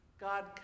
God